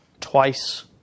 Twice